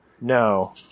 No